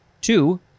Two